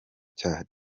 cya